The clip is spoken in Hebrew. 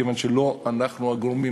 כיוון שלא אנחנו הגורמים,